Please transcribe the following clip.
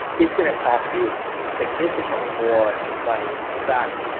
it's going to cost you significantly more money. in fact,